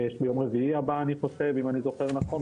ויש ביום רביעי הבא אם אני זוכר נכון,